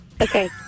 okay